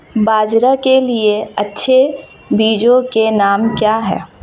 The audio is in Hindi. बाजरा के लिए अच्छे बीजों के नाम क्या हैं?